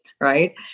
right